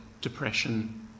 depression